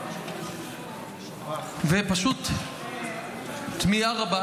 פשוט תמיהה רבה.